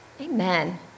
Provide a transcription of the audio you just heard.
Amen